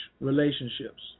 relationships